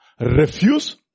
refuse